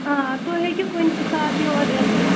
آ تُہۍ ہٮ۪کِو کُنہِ تہِ ساتہٕ یور یِتھ